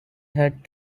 had